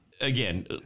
again